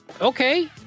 okay